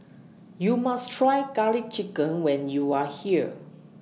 YOU must Try Garlic Chicken when YOU Are here